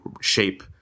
shape